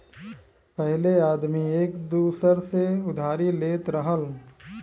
पहिले आदमी एक दूसर से उधारी लेत रहल